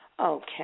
Okay